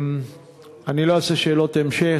אני לא אשאל שאלות המשך.